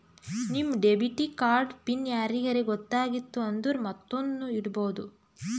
ನಿಮ್ debit card pin ಯಾರಿಗರೇ ಗೊತ್ತಾಗಿತ್ತು ಅಂದುರ್ ಮತ್ತೊಂದ್ನು ಇಡ್ಬೋದು